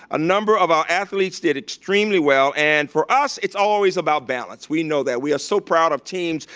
a number of our athletes did extremely well and for us it's always about balance. we know that we are so proud of teams.